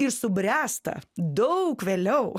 ir subręsta daug vėliau